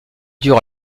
durs